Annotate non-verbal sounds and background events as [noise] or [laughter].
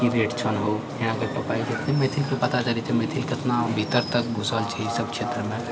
की rate छह हउ [unintelligible] मैथिलके पता चलै छै केतना भीतर तक घुसल छै एहि सब क्षेत्रमे